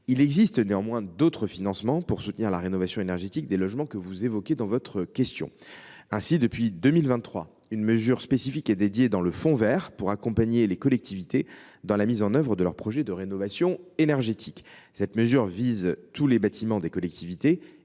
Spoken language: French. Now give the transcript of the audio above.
Il existe néanmoins d’autres financements pour soutenir la rénovation énergétique des logements que vous évoquez dans votre question. Ainsi, depuis 2023, une mesure spécifique est dédiée dans le fonds vert pour accompagner les collectivités dans la mise en œuvre de leur projet de rénovation énergétique. Elle vise tous les bâtiments des collectivités,